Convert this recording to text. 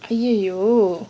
!aiyo!